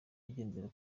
yigendera